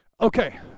Okay